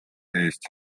eesti